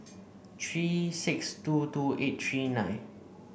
three six two two eight three nine